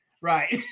right